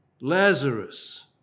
Lazarus